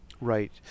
Right